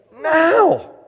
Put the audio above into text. now